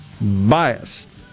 biased